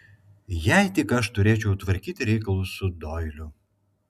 jei tik aš turėčiau tvarkyti reikalus su doiliu